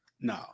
No